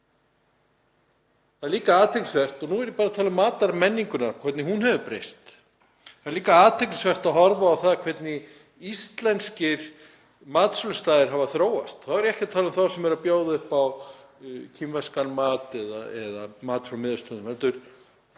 Það er líka athyglisvert, og nú er ég bara að tala um matarmenninguna og hvernig hún hefur breyst, að horfa á það hvernig íslenskir matsölustaðir hafa þróast. Þá er ég ekki að tala um þá sem eru að bjóða upp á kínverskan mat eða mat frá Miðausturlöndum